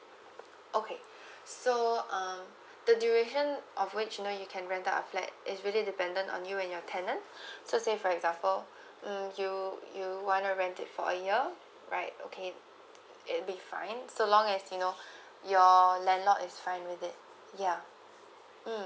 okay so um the duration of which you know you can rent up a flat is really dependent on you when your tenant so say for example um you you wanna rent it for a year right okay it will be fine so long as you know your landlord is fine with it ya mm